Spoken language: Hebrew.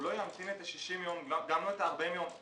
הוא לא ימתין את ה-60 יום וגם לא את ה-40 יום.